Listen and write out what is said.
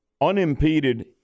unimpeded